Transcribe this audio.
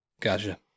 Gotcha